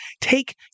take